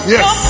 Yes